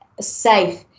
safe